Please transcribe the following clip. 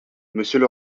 monsieur